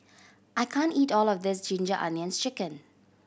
I can't eat all of this Ginger Onions Chicken